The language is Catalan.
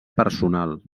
personal